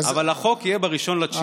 החוק יהיה ב-1 בספטמבר.